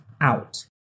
out